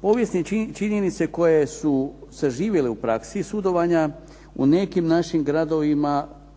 Povijesne činjenice koje su zaživjele u praksi sudovanja u nekim našim gradovima, a